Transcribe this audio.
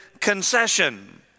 concession